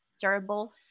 terrible